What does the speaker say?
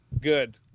good